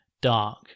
dark